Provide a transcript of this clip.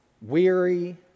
weary